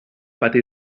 pati